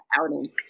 outing